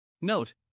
Note